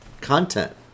content